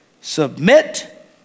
Submit